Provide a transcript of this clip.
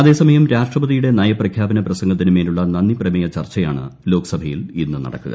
അതേസമയം രാഷ്ട്രപതിയുടെ നയപ്രഖ്യാപന പ്രസംഗത്തിന് മേലുള്ള നന്ദിപ്രമേയ ചർച്ചയാണ് ലോക്സഭയിൽ ഇന്ന് നടക്കുക